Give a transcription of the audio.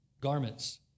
garments